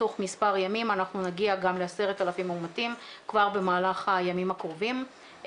תוך מספר ימים אנחנו נגיע גם ל-10,000 מאומתים כבר במהלך הימים הקרובים,